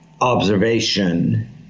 observation